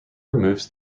removes